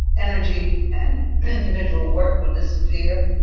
energy and individual work will disappear.